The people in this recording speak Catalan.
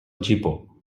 gipó